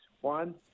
One